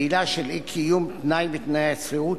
בעילה של אי-קיום תנאי מתנאי השכירות,